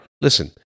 listen